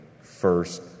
first